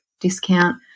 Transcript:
discount